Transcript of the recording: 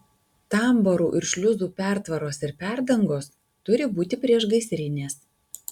tambūrų ir šliuzų pertvaros ir perdangos turi būti priešgaisrinės